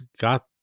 got